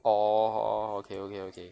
orh okay okay okay